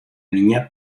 niña